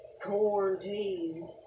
Quarantine